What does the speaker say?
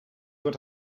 what